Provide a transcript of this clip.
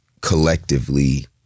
collectively